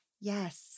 Yes